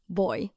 boy